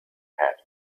had